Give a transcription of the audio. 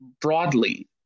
broadly